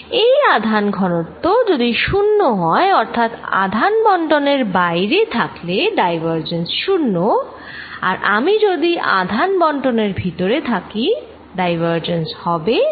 এই আধান ঘনত্ব যদি শুন্য হয় অর্থাৎ আধান বন্টনের বাইরে থাকলে ডাইভারজেন্স শুন্য আর আমি যদি আধান বন্টনের ভিতরে থাকি ডাইভারজেন্স হবে ঘনত্ব বাই এপ্সাইলন 0